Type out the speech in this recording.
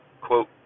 quote